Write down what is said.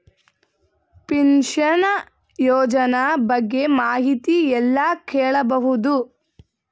Pension ಯೋಜನ ಬಗ್ಗೆ ಮಾಹಿತಿ ಎಲ್ಲ ಕೇಳಬಹುದು?